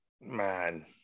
man